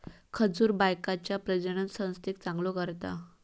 खजूर बायकांच्या प्रजननसंस्थेक चांगलो करता